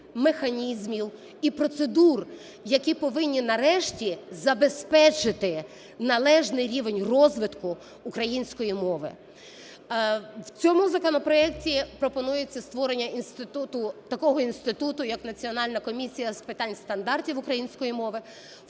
механізмів і процедур, які повинні, нарешті, забезпечити належний рівень розвитку української мови. В цьому законопроекті пропонується створення такого інституту як Національна комісія з питань стандартів української мови.